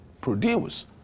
produce